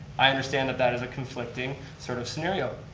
i understand that that is a conflicting sort of scenario,